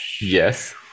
yes